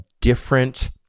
different